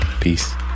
Peace